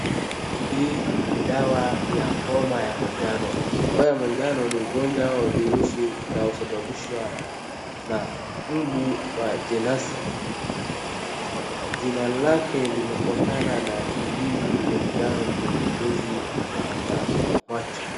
Hii ni dawa ya homa ya manjano, homa ya manjano ni ugonjwa wa virusi inayosababishwa na mbu wa jenasi, jina lake limetokana na dalili ya njano kwenye ngozi ya macho.